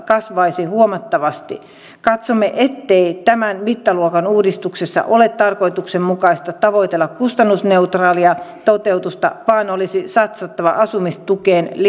kasvaisi huomattavasti katsomme ettei tämän mittaluokan uudistuksessa ole tarkoituksenmukaista tavoitella kustannusneutraalia toteutusta vaan olisi satsattava asumistukeen